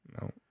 No